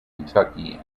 kentucky